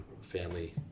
family